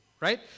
right